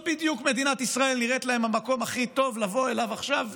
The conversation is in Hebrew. מדינת ישראל לא בדיוק נראית להם המקום הכי טוב לבוא אליו עכשיו,